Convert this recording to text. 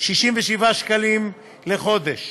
67 שקלים לחודש.